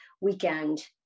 Weekend